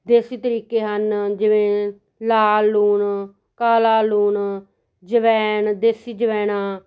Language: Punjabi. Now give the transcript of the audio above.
ਦੇਸੀ ਤਰੀਕੇ ਹਨ ਜਿਵੇਂ ਲਾਲ ਲੂਣ ਕਾਲਾ ਲੂਣ ਜਵੈਣ ਦੇਸੀ ਜਵੈਣਾ